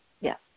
Yes